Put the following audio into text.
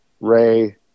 Ray